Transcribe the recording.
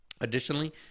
Additionally